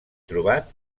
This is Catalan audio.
trobat